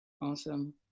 Awesome